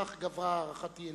כך גברה הערכתי אליו.